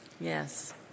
Yes